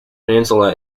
peninsula